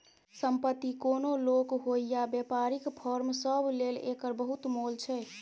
संपत्ति कोनो लोक होइ या बेपारीक फर्म सब लेल एकर बहुत मोल छै